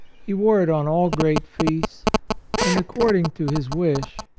he wore it on all great feasts and, according to his wish,